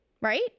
Right